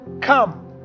come